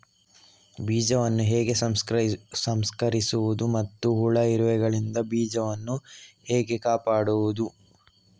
ಬೀಜವನ್ನು ಹೇಗೆ ಸಂಸ್ಕರಿಸುವುದು ಮತ್ತು ಹುಳ, ಇರುವೆಗಳಿಂದ ಬೀಜವನ್ನು ಹೇಗೆ ಕಾಪಾಡುವುದು?